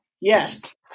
Yes